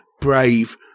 Brave